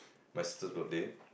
my sister's birthday